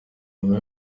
nyuma